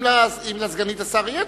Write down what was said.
אם לסגנית השר תהיה תשובה.